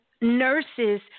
nurses